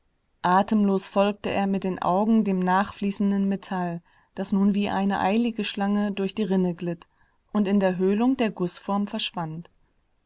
atemlos folgte er mit den augen dem nachfließenden metall das nun wie eine eilige schlange durch die rinne glitt und in der höhlung der gußform verschwand